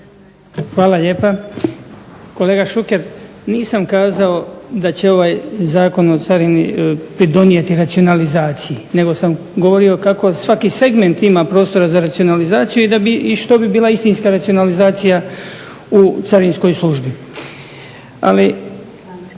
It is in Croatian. Hvala lijepa. Kolega Šuker nisam kazao da će ovaj Zakon o Carini pridonijeti racionalizaciji nego sam govorio kako svaki segment ima prostora za racionalizaciju i što bi bila istinska racionalizacija u Carinskoj službi. Ali,